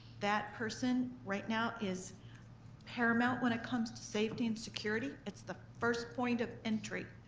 that person right now is paramount when it comes to safety and security, it's the first point of entry.